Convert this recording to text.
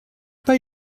pas